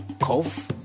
cough